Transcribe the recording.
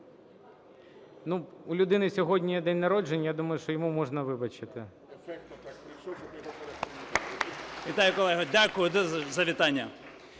у людини сьогодні День народження, я думаю, що йому можна вибачити.